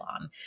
on